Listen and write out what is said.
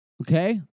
Okay